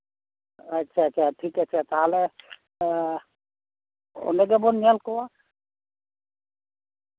ᱟᱪᱪᱷᱟ ᱟᱪᱪᱷᱟ ᱴᱷᱤᱠ ᱟᱪᱷᱮ ᱛᱟᱦᱚᱞᱮ ᱚᱸᱰᱮ ᱜᱮᱵᱚᱱ ᱧᱮᱞ ᱠᱚᱣᱟ